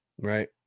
Right